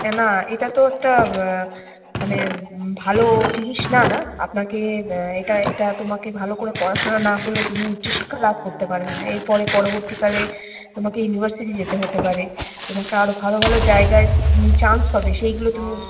এ না এটা তো একটা মানে ভালো জিনিস না না আপনাকে এটা এটা তোমাকে ভালো করে পড়াশোনা না করলে তুমি উচ্চশিক্ষা লাভ করতে পারবে না এরপরে পরবর্তীকালে তোমাকে ইউনিভার্সিটি যেতে হতে পারে তোমাকে আরো ভালো ভালো জায়গায় তুমি চান্স পাবে সেইগুলো তুমি